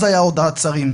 אז הייתה הודעת שרים.